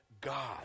God